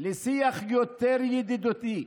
לשיח יותר ידידותי.